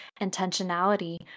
intentionality